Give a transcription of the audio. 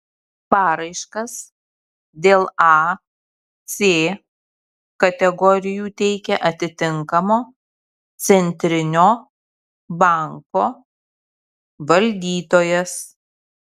paraiškas dėl a c kategorijų teikia atitinkamo centrinio banko valdytojas